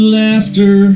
laughter